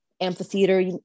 amphitheater